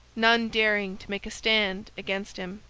none daring to make a stand against him.